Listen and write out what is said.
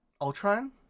Ultron